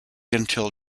until